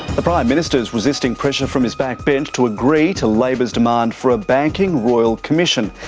the prime minister is resisting pressure from his backbench to agree to labor's demand for a banking royal commission.